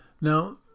Now